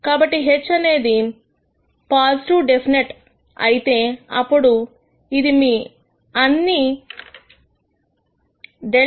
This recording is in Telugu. కాబట్టి H అనేది పాజిటివ్ డెఫినెట్ అయితే అప్పుడు ఇది మీ అన్ని δ